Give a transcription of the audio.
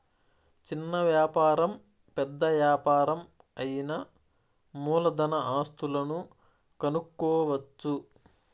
చిన్న వ్యాపారం పెద్ద యాపారం అయినా మూలధన ఆస్తులను కనుక్కోవచ్చు